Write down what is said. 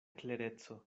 klereco